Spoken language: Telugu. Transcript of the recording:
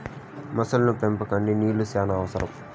మొసలి పెంపకంకి నీళ్లు శ్యానా అవసరం